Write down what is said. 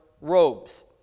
robes